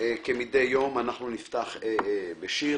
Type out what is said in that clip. כמדי יום אנחנו נפתח בשיר.